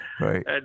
right